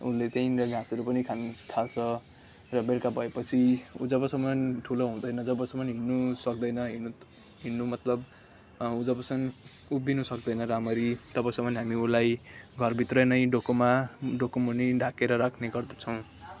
उसले त्यहीँनिर घाँसहरू पनि खानथाल्छ र बेलुका भएपछि ऊ जबसम्म ठुलो हुँदैन जबसम्म हिँड्नु सक्दैन हिँड्नु त हिँड्नु मतलब ऊ जबसम्म उभिन सक्दैन राम्ररी तबसम्म हामी उसलाई घरभित्र नै डोकोमा डोकोमुनि ढाकेर राख्ने गर्दछौँ